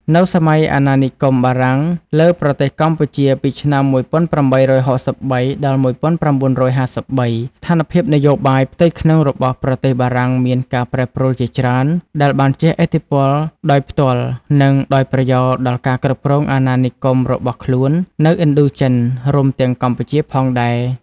នៅសម័យអាណានិគមបារាំងលើប្រទេសកម្ពុជា ពីឆ្នាំ ១៨៦៣ ដល់ ១៩៥៣ ស្ថានភាពនយោបាយផ្ទៃក្នុងរបស់ប្រទេសបារាំងមានការប្រែប្រួលជាច្រើន ដែលបានជះឥទ្ធិពលដោយផ្ទាល់ និងដោយប្រយោលដល់ការគ្រប់គ្រងអាណានិគមរបស់ខ្លួននៅឥណ្ឌូចិន រួមទាំងកម្ពុជាផងដែរ។